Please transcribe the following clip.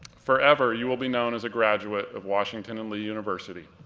forever, you will be known as a graduate of washington and lee university,